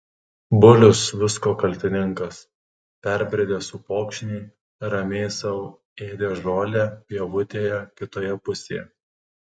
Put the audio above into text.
bulius visko kaltininkas perbridęs upokšnį ramiai sau ėdė žolę pievutėje kitoje pusėje